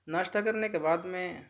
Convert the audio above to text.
ناشتہ کرنے کے بعد میں